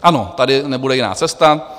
Ano, tady nebude jiná cesta.